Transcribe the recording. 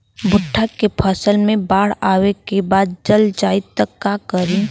भुट्टा के फसल मे बाढ़ आवा के बाद चल जाई त का करी?